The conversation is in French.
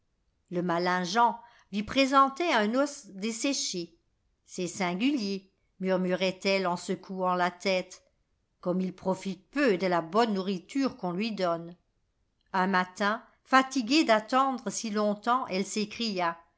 le malin jean lui présentait un os desséché c'est singulier murmurait elle en secouant la tête comme il profite peu de la bonne nourriture qu'on lui donne un matin fatiguée d'attendre si longtemps elle s'écria